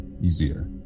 easier